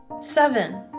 seven